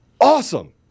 awesome